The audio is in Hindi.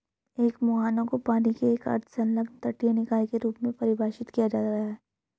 एक मुहाना को पानी के एक अर्ध संलग्न तटीय निकाय के रूप में परिभाषित किया गया है